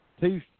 two